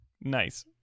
Nice